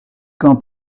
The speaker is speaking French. qu’en